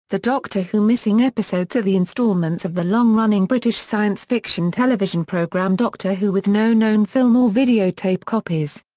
the doctor who missing episodes are the instalments of the long-running british science-fiction television programme doctor who with no known film or videotape copies.